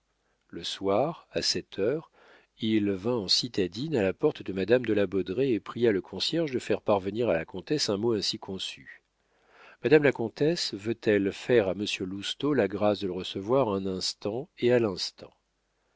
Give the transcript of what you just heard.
le soir à sept heures il vint en citadine à la porte de madame de la baudraye et pria le concierge de faire parvenir à la comtesse un mot ainsi conçu madame la comtesse veut-elle faire à monsieur lousteau la grâce de le recevoir un instant et à l'instant